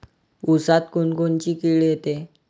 ऊसात कोनकोनची किड येते?